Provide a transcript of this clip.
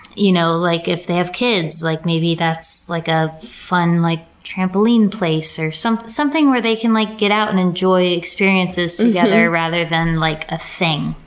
you know like if they have kids, like maybe that's like a fun like trampoline place, or something something where they can like get out and enjoy experiences together rather than like a thing,